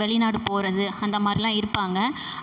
வெளிநாடு போகிறது அந்தமாதிரிலாம் இருப்பாங்க